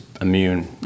immune